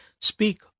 speak